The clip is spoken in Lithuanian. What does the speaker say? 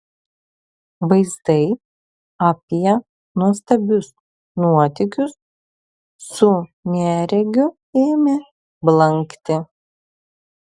vaizdai apie nuostabius nuotykius su neregiu ėmė blankti